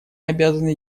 обязаны